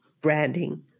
branding